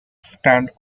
stand